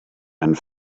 and